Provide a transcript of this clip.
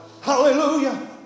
Hallelujah